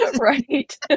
right